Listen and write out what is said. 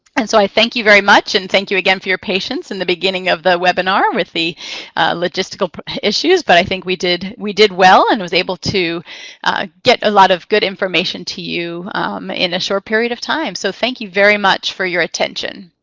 and so i thank you very much, and thank you again for your patience in the beginning of the webinar with the logistical issues. but i think we did we did well and i was able to get a lot of good information to you in a short period of time. so thank you very much for your attention.